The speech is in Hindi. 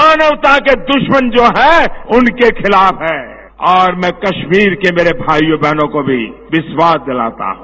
मानवता के दुश्मन जो हैं उनके खिलाफ है और मैं कश्मीर के मेरे भाईवों बहनों को भी विश्वास दिलाता हूं